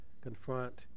confront